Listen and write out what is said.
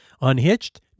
Unhitched